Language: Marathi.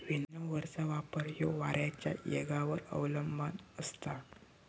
विनोव्हरचो वापर ह्यो वाऱ्याच्या येगावर अवलंबान असता